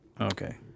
Okay